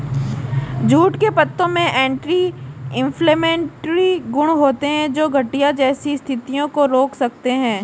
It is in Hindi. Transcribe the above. जूट के पत्तों में एंटी इंफ्लेमेटरी गुण होते हैं, जो गठिया जैसी स्थितियों को रोक सकते हैं